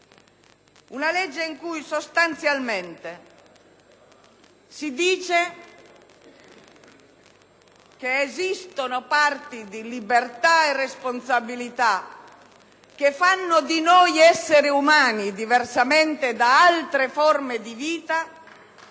una legge in cui sostanzialmente si dice che esistono parti di libertà e responsabilità che fanno di noi degli esseri umani, diversamente da altre forme di vita.